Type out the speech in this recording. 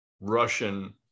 Russian